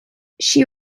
she